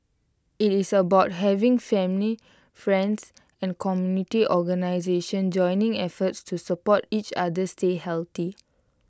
IT is about having family friends and community organisations joining efforts to support each other stay healthy